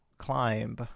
climb